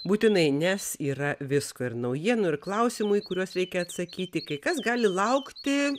būtinai nes yra visko ir naujienų ir klausimų į kuriuos reikia atsakyti kai kas gali laukti